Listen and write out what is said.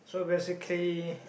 so basically